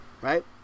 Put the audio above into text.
Right